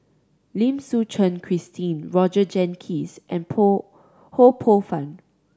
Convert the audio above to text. Lim Suchen Christine Roger Jenkins and poh Ho Poh Fun